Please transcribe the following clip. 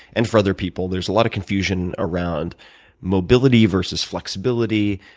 and for other people, there's a lot of confusion around mobility versus flexibility.